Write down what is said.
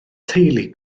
teulu